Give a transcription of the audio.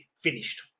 finished